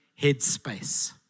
headspace